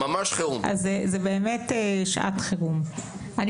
אז יותר מאוחר.